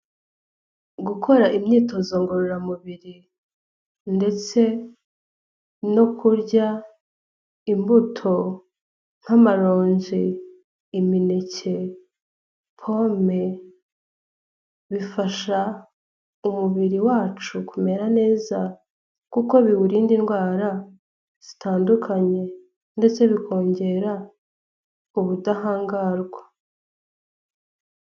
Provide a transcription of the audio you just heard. Gukora imyitozo ngororamubiri ndetse no kurya imbuto nk'amarongi, imineke, pome. Bifasha umubiri wacu kumera neza kuko biwurinda indwara zitandukanye ndetse bikongera ubudahangarwa.